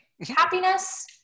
happiness